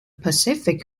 pacific